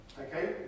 Okay